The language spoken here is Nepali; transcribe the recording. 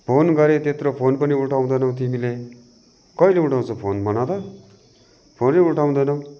फोन गरेँ त्यत्रो फोन पनि उठाउँदैनौ तिमीले कहिले उठाउँछौ फोन भन त फोनै उठाउँदैनौ